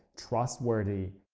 trustworthy,